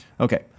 Okay